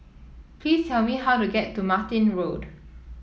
please tell me how to get to Martin Road